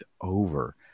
over